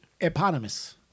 Eponymous